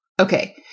Okay